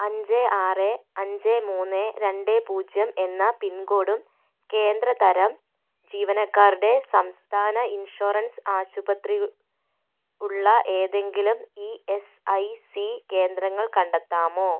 അഞ്ച് ആറ് അഞ്ച് മൂന്ന് രണ്ട് പൂജ്യം എന്ന പിൻകോഡും കേന്ദ്ര തരം ജീവനക്കാരുടെ സംസ്ഥാന ഇൻഷുറൻസ് ആശുപത്രി ഉള്ള ഏതെങ്കിലും ഇ എസ് ഐ സി കേന്ദ്രങ്ങൾ കണ്ടെത്താമോ